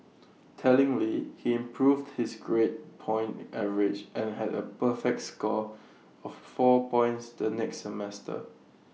tellingly he improved his grade point average and had A perfect score of four points the next semester